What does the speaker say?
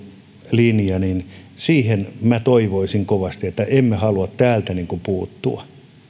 linja minä toivoisin kovasti että siihen emme halua täältä puuttua